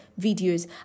videos